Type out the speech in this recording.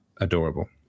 adorable